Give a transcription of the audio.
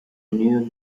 new